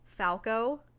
Falco